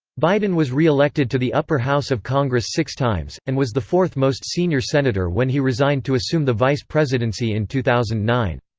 biden was re-elected to the upper house of congress six times, and was the fourth most senior senator when he resigned to assume the vice presidency in two thousand and nine.